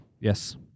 Yes